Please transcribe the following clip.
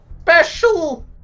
Special